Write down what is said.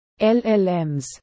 LLMs